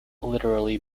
literally